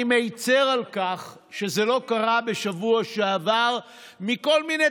אני מצר על כך שזה לא קרה בשבוע שעבר מכל מיני